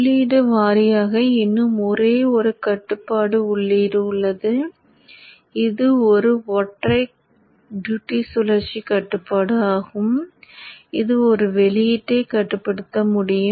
உள்ளீடு வாரியாக இன்னும் ஒரே ஒரு கட்டுப்பாட்டு உள்ளீடு உள்ளது இது ஒரு ஒற்றை டியூட்டி கட்டுப்பாடு ஆகும் இது ஒரு வெளியீட்டைக் கட்டுப்படுத்த முடியும்